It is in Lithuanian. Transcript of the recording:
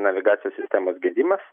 navigacijos sistemos gedimas